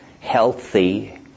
healthy